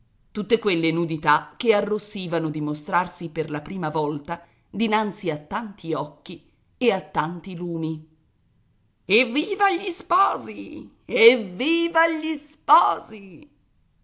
tutte quelle nudità che arrossivano di mostrarsi per la prima volta dinanzi a tanti occhi e a tanti lumi evviva gli sposi evviva gli sposi